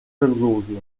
resolució